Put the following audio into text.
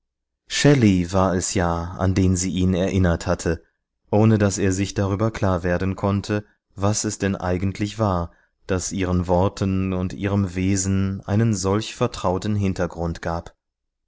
shelley war es ja an den sie ihn erinnert hatte ohne daß er sich darüber klar werden konnte was es denn eigentlich war das ihren worten und ihrem wesen einen solchen vertrauten hintergrund gab